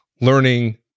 learning